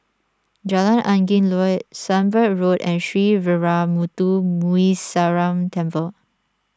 Jalan Angin Laut Sunbird Road and Sree Veeramuthu Muneeswaran Temple